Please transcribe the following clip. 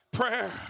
Prayer